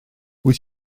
wyt